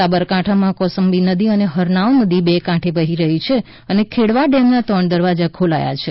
સાબરકાંઠામાં કોસંબી નદી અને હરનાવ નદી બેકાંઠે વહી રહી છે અને ખેડવા ડેમ ના ત્રણ દરવાજા ખોલાયા છે